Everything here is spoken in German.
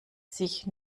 sich